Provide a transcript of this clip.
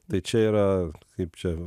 tai čia yra kaip čia